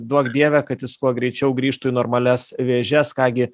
duok dieve kad jis kuo greičiau grįžtų į normalias vėžes ką gi